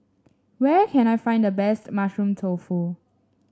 where can I find the best Mushroom Tofu